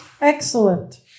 excellent